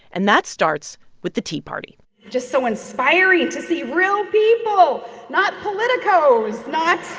and that starts with the tea party just so inspiring to see real people not politicos, not